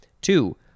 Two